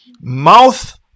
mouth